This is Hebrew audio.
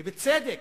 ובצדק.